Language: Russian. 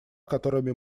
которыми